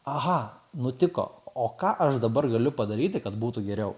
aha nutiko o ką aš dabar galiu padaryti kad būtų geriau